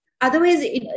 Otherwise